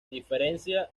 diferencia